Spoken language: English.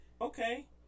Okay